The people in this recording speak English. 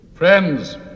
Friends